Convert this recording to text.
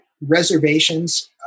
reservations